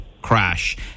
crash